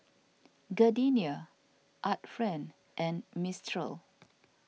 Gardenia Art Friend and Mistral